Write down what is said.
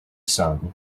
sun